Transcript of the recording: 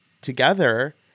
together